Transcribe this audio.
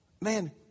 Man